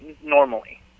normally